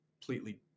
completely